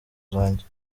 zanjye